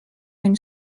une